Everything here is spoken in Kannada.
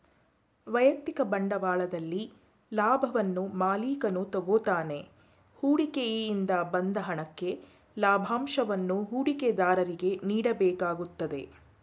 ವೈಯಕ್ತಿಕ ಬಂಡವಾಳದಲ್ಲಿ ಲಾಭವನ್ನು ಮಾಲಿಕನು ತಗೋತಾನೆ ಹೂಡಿಕೆ ಇಂದ ಬಂದ ಹಣಕ್ಕೆ ಲಾಭಂಶವನ್ನು ಹೂಡಿಕೆದಾರರಿಗೆ ನೀಡಬೇಕಾಗುತ್ತದೆ